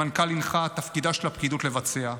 המנכ"ל הנחה, תפקידה של הפקידות לבצע.